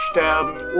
Sterben